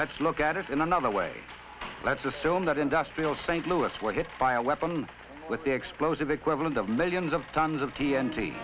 let's look at it in another way let's assume that industrial st louis was hit by a weapon with the explosive equivalent of millions of tons of t